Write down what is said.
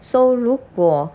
so 如果